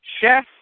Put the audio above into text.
Chef